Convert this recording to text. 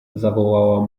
zawołała